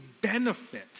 benefit